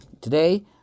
Today